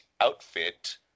outfit